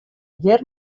hjir